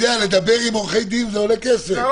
לדבר עם עורכי דין זה עולה כסף.